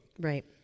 Right